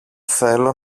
θέλω